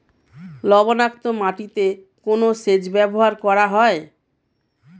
লবণাক্ত মাটিতে কোন সেচ ব্যবহার করা হয়?